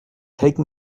take